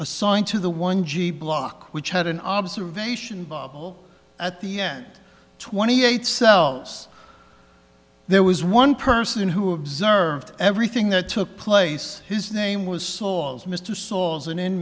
assigned to the one g block which had an observation at the end twenty eight cells there was one person who observed everything that took place his name was saw mr sorrels an in